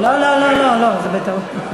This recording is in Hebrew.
לא, לא, לא, לא, לא, טעות.